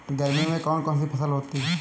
गर्मियों में कौन कौन सी फसल होती है?